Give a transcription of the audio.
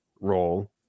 role